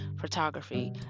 photography